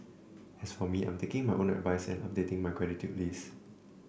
as for me I am taking my own advice and updating my gratitude list